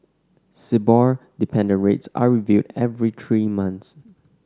Sibor dependent rates are reviewed every three months